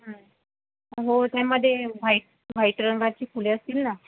हो ते मध्ये व्हाईट व्हाईट रंगाची फुले असतील ना